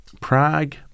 Prague